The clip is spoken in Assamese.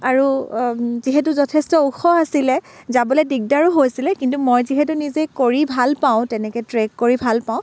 আৰু যিহেতু যথেষ্ট ওখ আছিলে যাবলৈ দিগদাৰো হৈছিলে কিন্তু মই যিহেতু নিজে কৰি ভাল পাওঁ তেনেকৈ ট্ৰেক কৰি ভাল পাওঁ